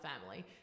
family